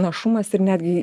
našumas ir netgi